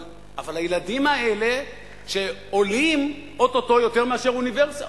אבל ילדים שעולים או-טו-טו יותר מאשר אוניברסיטה.